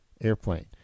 airplane